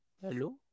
Hello